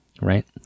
right